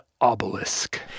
Obelisk